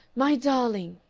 my darling!